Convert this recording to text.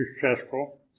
successful